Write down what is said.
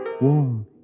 warm